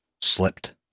slipped